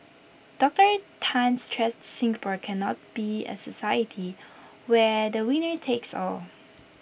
Doctor Tan stressed Singapore cannot be A society where the winner takes all